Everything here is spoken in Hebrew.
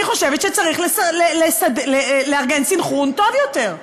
אני חושבת שצריך לארגן סנכרון טוב יותר,